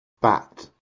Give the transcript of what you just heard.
bat